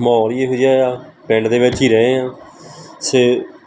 ਮਾਹੌਲ ਇਹੋ ਜਿਹਾ ਆ ਪਿੰਡ ਦੇ ਵਿੱਚ ਹੀ ਰਹੇ ਹਾਂ ਸੋ